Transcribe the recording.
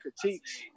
critiques